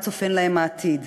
מה צופן להם העתיד.